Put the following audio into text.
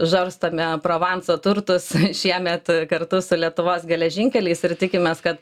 žarstome provanso turtus šiemet kartu su lietuvos geležinkeliais ir tikimės kad